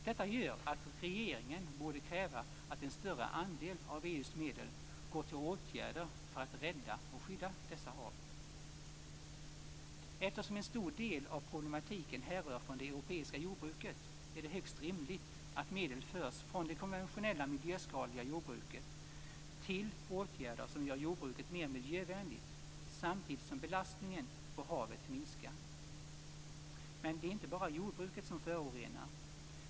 Detta gör att regeringen borde kräva att en större andel av EU:s medel går till åtgärder för att rädda och skydda dessa hav. Eftersom en stor del av problematiken härrör från det europeiska jordbruket är det högst rimligt att medel förs från det konventionella, miljöskadliga jordbruket till åtgärder som gör jordbruket mer miljövänligt samtidigt som belastningen på havet minskar. Men det är inte bara jordbruket som förorenar.